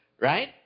right